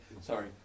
sorry